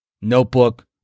notebook